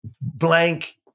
blank